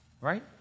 right